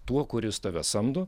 tuo kuris tave samdo